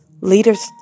Leaders